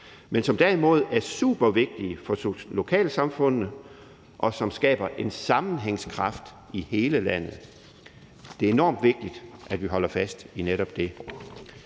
men som derimod er supervigtige for lokalsamfundene, og som skaber en sammenhængskraft i hele landet. Det er enormt vigtigt, at vi holder fast i netop det.